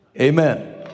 Amen